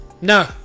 No